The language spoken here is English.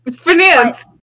finance